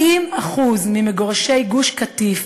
40% ממגורשי גוש-קטיף,